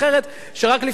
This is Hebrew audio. שרק לפני חודשיים,